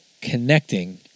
Connecting